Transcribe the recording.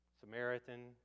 Samaritan